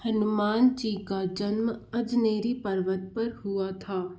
हनुमान जी का जन्म अजनेरी पर्वत पर हुआ था